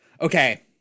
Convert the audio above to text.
Okay